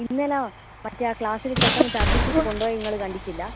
ഇന്നലെ മറ്റേ ആ ക്ളാസിൽ ചെക്കൻ ഛർദ്ദിച്ചിട്ട് കൊണ്ടുപോയത് നിങ്ങൾ കണ്ടിട്ടില്ല